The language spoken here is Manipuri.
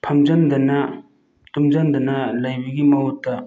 ꯐꯝꯖꯤꯟꯗꯅ ꯇꯨꯝꯁꯤꯟꯗꯅ ꯂꯩꯕꯒꯤ ꯃꯍꯨꯠꯇ